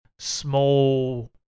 small